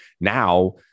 Now